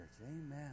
Amen